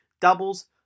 doubles